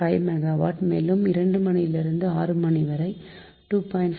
5 megawatt மேலும் 2 மணியிலிருந்து 6 மணிவரை 2